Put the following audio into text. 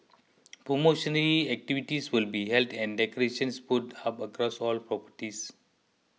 promotional activities will be held and decorations put up across all properties